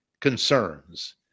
concerns